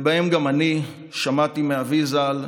וגם אני שמעתי מאבי ז"ל,